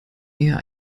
eher